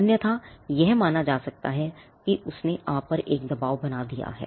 अन्यथा यह माना जा सकता है कि उसने आप पर एक दवाब बना दिया है